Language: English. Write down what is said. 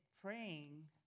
praying